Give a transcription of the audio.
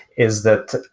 is that